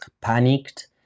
panicked